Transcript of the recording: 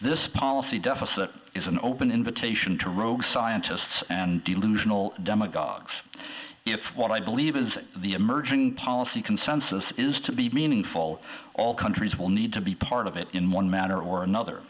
this policy deficit is an open invitation to rogue scientists and delusional demagogues if what i believe is the emerging policy consensus is to be meaningful all countries will need to be part of it in one manner or another